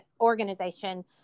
organization